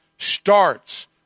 starts